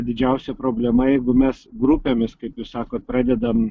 didžiausia problema jeigu mes grupėmis kaip jūs sakot pradedam